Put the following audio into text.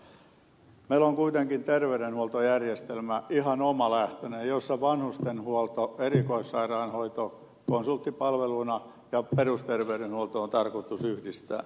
meillä on kuitenkin terveydenhuoltojärjestelmä ihan omalähtöinen jossa vanhustenhuolto erikoissairaanhoito konsulttipalveluna ja perusterveydenhuolto on tarkoitus yhdistää